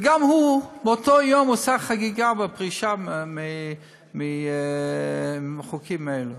וגם הוא באותו יום עשה חגיגה בפרישה עם החוקים האלה.